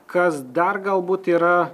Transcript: kas dar galbūt yra